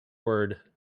word